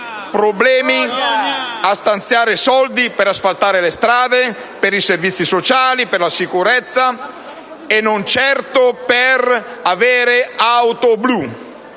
problemi a stanziare risorse per asfaltare le strade, per i servizi sociali, per la sicurezza, e non certo per avere auto blu.